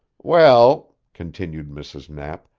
well, continued mrs. knapp,